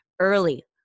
early